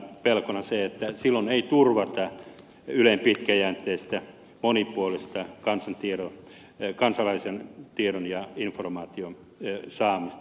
pelkona on se että silloin ei turvata ylen pitkäjänteistä monipuolista kansalaistiedon ja informaation saamista